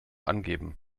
angeben